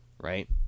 right